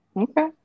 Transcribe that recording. Okay